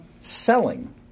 selling